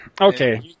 Okay